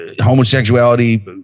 homosexuality